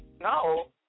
no